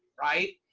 right?